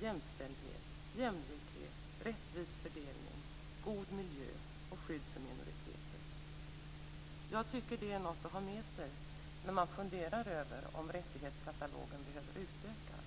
jämställdhet, jämlikhet, rättvis fördelning, god miljö och skydd för minoriteter. Jag tycker att det är något att ha med sig när man funderar över om rättighetskatalogen behöver utökas.